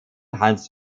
hans